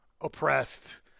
oppressed